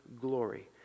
glory